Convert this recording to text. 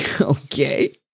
Okay